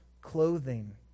clothing